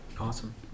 Awesome